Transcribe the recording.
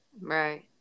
Right